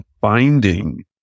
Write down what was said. finding